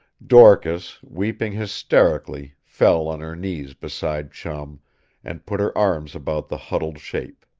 dorcas, weeping hysterically, fell on her knees beside chum and put her arms about the huddled shape.